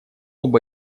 оба